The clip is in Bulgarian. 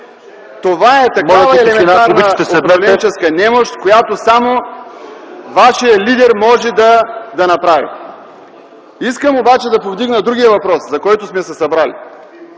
Това е такава елементарна управленческа немощ, която само вашият лидер може да направи. Искам обаче да повдигна другия въпрос, за който сме се събрали.